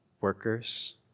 workers